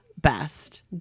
best